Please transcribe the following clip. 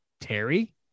terry